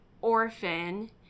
orphan